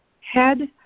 head